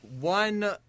one